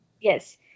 Yes